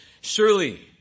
Surely